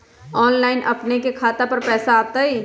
Online से अपने के खाता पर पैसा आ तई?